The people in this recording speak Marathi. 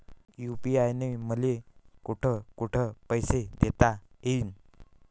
यू.पी.आय न मले कोठ कोठ पैसे देता येईन?